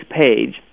page